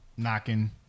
knocking